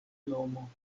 nomo